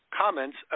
comments